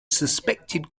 suspected